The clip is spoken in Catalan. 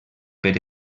per